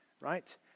Right